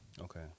Okay